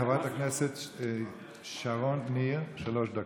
חברת הכנסת שרון ניר, שלוש דקות.